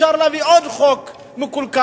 אפשר להביא עוד חוק מקולקל,